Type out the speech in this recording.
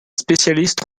spécialistes